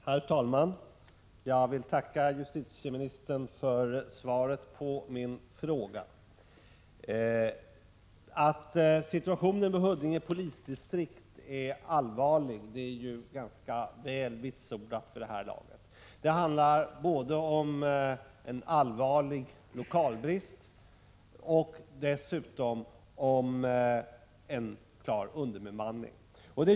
Herr talman! Jag vill tacka justitieministern för svaret på min fråga. Att situationen i Huddinge polisdistrikt är allvarlig är ganska väl vitsordat vid det här laget. Det handlar både om en allvarlig lokalbrist och om en klar underbemanning.